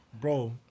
Bro